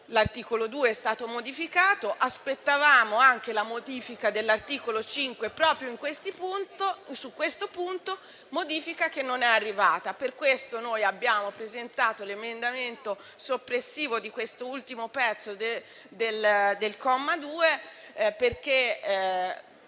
L'articolo 2 è stato modificato. Aspettavamo anche la modifica dell'articolo 5 proprio su questo punto, modifica che non è arrivata. Per questo abbiamo presentato l'emendamento soppressivo di questo ultimo pezzo del comma 2, perché